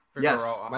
Yes